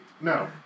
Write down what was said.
No